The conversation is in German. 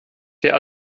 der